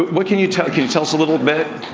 what can you tell, can you tell us a little bit?